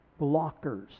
blockers